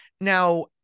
Now